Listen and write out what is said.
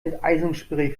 enteisungsspray